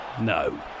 No